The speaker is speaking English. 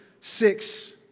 six